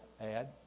add